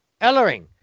Ellering